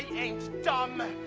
you know ain't dumb